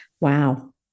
wow